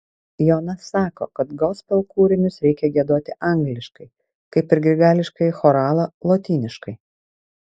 jonas sako kad gospel kūrinius reikia giedoti angliškai kaip ir grigališkąjį choralą lotyniškai